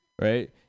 right